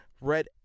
red